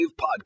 podcast